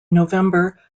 november